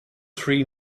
three